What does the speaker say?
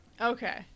Okay